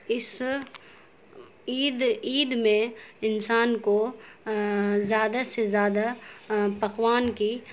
اس عید عید میں انسان کو زیادہ سے زیادہ پکوان کی